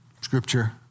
Scripture